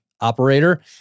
Operator